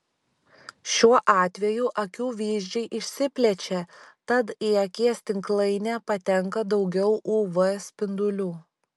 šiuo atveju akių vyzdžiai išsiplečia tad į akies tinklainę patenka daugiau uv spindulių